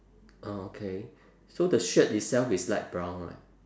uh okay so the shirt itself is light brown right